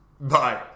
Bye